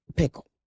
pickle